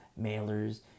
mailers